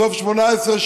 סוף 2018,